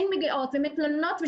הן מגיעות ומתלוננות.